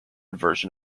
version